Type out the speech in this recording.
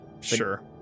Sure